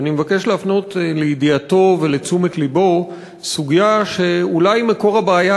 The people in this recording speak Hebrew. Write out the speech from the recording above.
ואני מבקש להביא לידיעתו ולתשומת לבו סוגיה שאולי מקור הבעיה